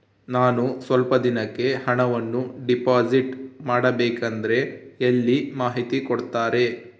ನಾನು ಸ್ವಲ್ಪ ದಿನಕ್ಕೆ ಹಣವನ್ನು ಡಿಪಾಸಿಟ್ ಮಾಡಬೇಕಂದ್ರೆ ಎಲ್ಲಿ ಮಾಹಿತಿ ಕೊಡ್ತಾರೆ?